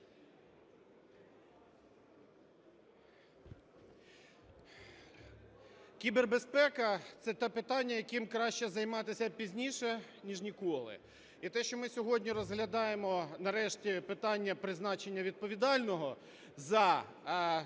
Кібербезпека – це те питання, яким краще займатися пізніше, ніж ніколи. І те, що ми сьогодні розглядаємо нарешті питання призначення відповідального за кібербезпеку,